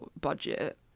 budget